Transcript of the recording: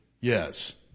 yes